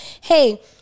hey